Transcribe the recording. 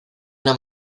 una